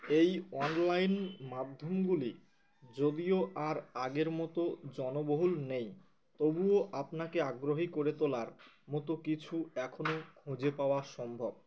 এই অনলাইন মাধ্যমগুলি যদিও আর আগের মতো জনবহুল নেই তবুও আপনাকে আগ্রহী করে তোলার মতো কিছু এখনো খুঁজে পাওয়া সম্ভব